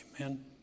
amen